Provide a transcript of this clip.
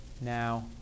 Now